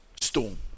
storm